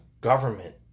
government